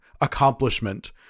accomplishment